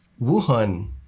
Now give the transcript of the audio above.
Wuhan